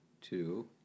two